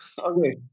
Okay